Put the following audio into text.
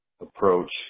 approach